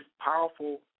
powerful